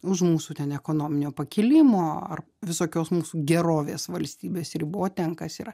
už mūsų ten ekonominio pakilimo ar visokios mūsų gerovės valstybės ribų o ten kas yra